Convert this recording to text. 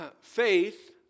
faith